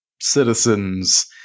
citizens